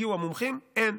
הגיעו המומחים, אין.